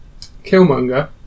Killmonger